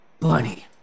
Bunny